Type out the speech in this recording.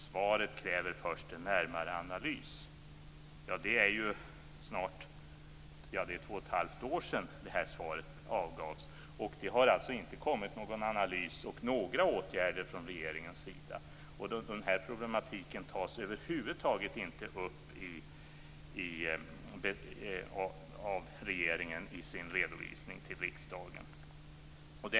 Svaret kräver en närmare analys. Det är två och ett halvt år sedan som svaret gavs. Det har inte kommit någon analys eller några åtgärder från regeringens sida. Problemen tas över huvud taget inte upp av regeringen i sin redovisning till riksdagen.